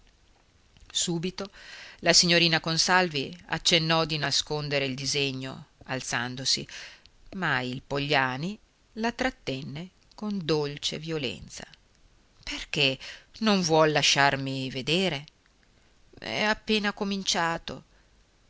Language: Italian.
subito la signorina consalvi accennò di nascondere il disegno alzandosi ma il pogliani la trattenne con dolce violenza perché non vuol lasciarmi vedere è appena cominciato